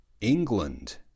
England